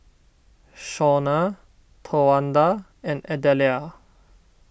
Shawna Towanda and Adelia